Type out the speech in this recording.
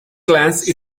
glance